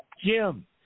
Jim